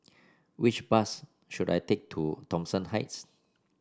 which bus should I take to Thomson Heights